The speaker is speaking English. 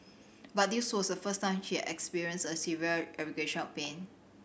but this was the first time she experienced a severe aggravation of pain